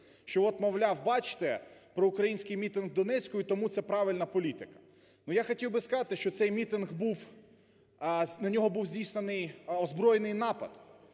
Що от, мовляв, бачте, проукраїнський мітинг в Донецьку, і тому це правильна політика. Я хотів би сказати, що цей мітинг був… на нього був здійснений озброєний напад,